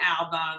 album